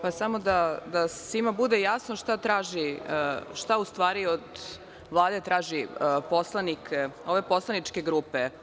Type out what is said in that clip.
Samo da svima bude jasno šta u stvari od Vlade traži poslanik ove poslaničke grupe.